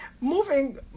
moving